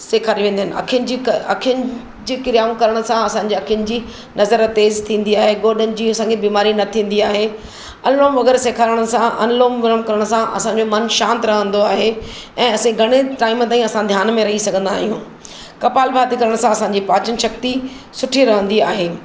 सेखारी वेंदियूं आहिनि अखियुनि जी अखियुनि जी क्रियाऊं करण सां असांजे अखियुनि जी नज़र तेज़ थींदी आहे गोॾनि जी असांखे ॿीमारी न थींदी आहे अनुलोम वग़ैरह सेखारण सां अनुलोम विलोम करण सां असांजो मन शांत रहंदो आहे ऐं असीं घणे टाइम ताईं ध्यानु में रही सघंदा आहियूं कपाल भाती करण सां असांजी पाचन शक्ती सुठी रहंदी आहे